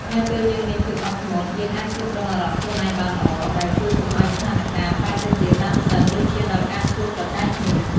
នៅពេលយើងមានភាពអត់ធ្មត់ យើងអាចគ្រប់គ្រងអារម្មណ៍ខ្លួនឯងបានល្អ ដែលជួយកុំឲ្យស្ថានការណ៍ប្រែទៅជាតានតឹង ឬឈានដល់ការឈ្លោះប្រកែកគ្នា។